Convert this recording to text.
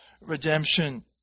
redemption